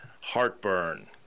heartburn